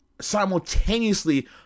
simultaneously